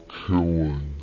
killing